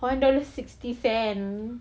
one dollars sixty cent